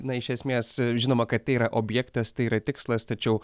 na iš esmės žinoma kad tai yra objektas tai yra tikslas tačiau